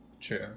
True